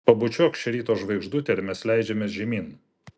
pabučiuok šią ryto žvaigždutę ir mes leidžiamės žemyn